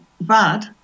bad